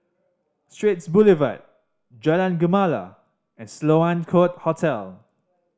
Straits Boulevard Jalan Gemala and Sloane Court Hotel